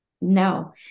no